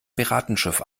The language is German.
piratenschiff